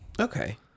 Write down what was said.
Okay